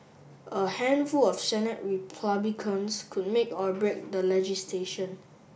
a handful of Senate Republicans could make or break the legislation